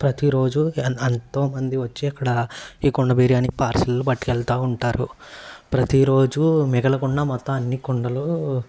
ప్రతిరోజు ఎంతోమంది వచ్చి ఇక్కడ ఈ కుండ బిర్యాని పార్సిల్ పట్టుకెళ్తూ ఉంటారు ప్రతిరోజు మిగలకుండా మొత్తం అన్ని కుండలు